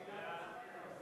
סעיף 2